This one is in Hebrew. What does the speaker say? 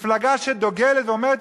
מפלגה שדוגלת ואומרת,